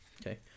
Okay